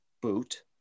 boot